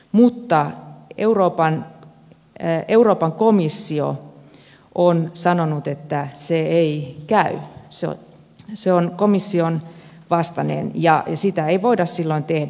mutta europan komissio on sanonut että se ei käy se on komission vastaista ja sitä ei voida silloin tehdä